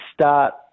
start